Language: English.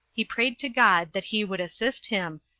he prayed to god that he would assist him,